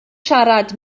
siarad